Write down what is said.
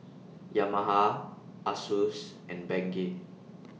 Yamaha Asus and Bengay